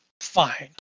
fine